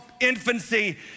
infancy